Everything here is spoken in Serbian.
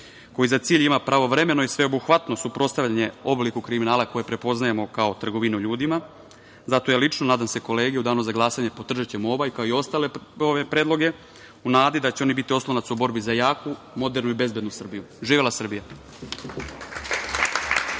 koji za cilj ima pravovremeno i sveobuhvatno suprotstavljanje ovom obliku kriminala koje prepoznajemo kao trgovinu ljudima. Zato ja lično, nadam se i kolege, u danu za glasanje, podržaćemo ovaj, kao i ostale predloge u nadi da će oni biti oslonac u borbi za jaku, modernu i bezbednu Srbiju. Živela Srbija.